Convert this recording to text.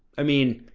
i mean,